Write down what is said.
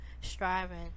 striving